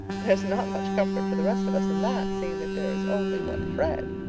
there's not much comfort for the rest of us in that, seeing that there is only one fred,